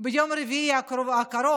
ביום רביעי הקרוב